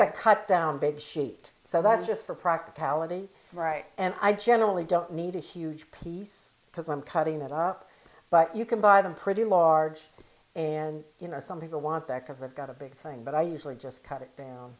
they cut down big sheet so that's just for practicality right and i generally don't need a huge piece because i'm cutting it up but you can buy them pretty large and you know some people want that because they've got a big thing but i usually just cut it down